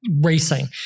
racing